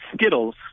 Skittles